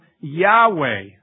Yahweh